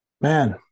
Man